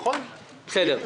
בסדר.